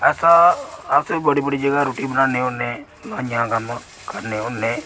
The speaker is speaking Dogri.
अस अस बड़ी बड़ी जगह रुट्टी बनान्ने होन्ने आं हलवाइये दा कम्म करने होन्ने